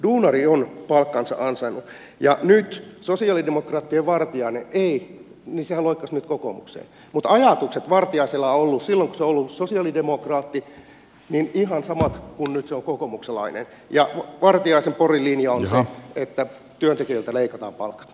duunari on palkkansa ansainnut ja nyt sosi alidemokraattien vartiaisen ei hänhän loikkasi nyt kokoomukseen mutta ajatukset vartiaisella ovat olleet silloin kun hän on ollut sosialidemokraatti ihan samat kuin nyt kun hän on kokoomuslainen vartiaisenborgin linja on se että työntekijöiltä leikataan palkat